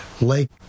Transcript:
lake